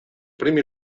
primi